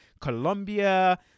Colombia